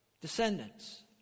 descendants